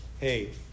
hey